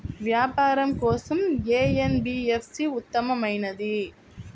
వ్యాపారం కోసం ఏ ఎన్.బీ.ఎఫ్.సి ఉత్తమమైనది?